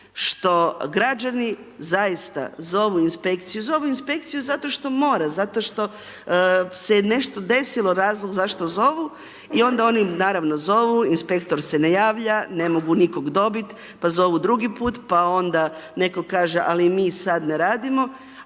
što građani zaista zovu inspekciju, zovu inspekciju zato što mora, zato što se je nešto desilo, razlog zašto zovu i onda oni naravno zovu, inspektor se ne javlja, ne mogu nikog dobit, pa zovu drugi put, pa onda netko kaže ali mi sad ne radimo,